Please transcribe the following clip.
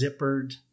zippered